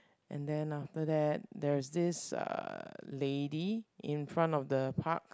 and then after that there's this uh lady in front of the park